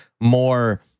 more